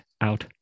out